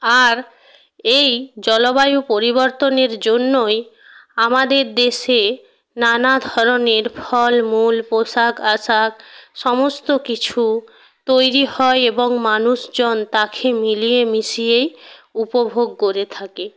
আর এই জলবায়ু পরিবর্তনের জন্যই আমাদের দেশে নানা ধরনের ফলমূল পোশাক আশাক সমস্ত কিছু তৈরি হয় এবং মানুষজন তাকে মিলিয়ে মিশিয়েই উপভোগ করে থাকে